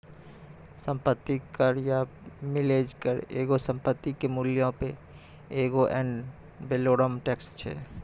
सम्पति कर या मिलेज कर एगो संपत्ति के मूल्यो पे एगो एड वैलोरम टैक्स छै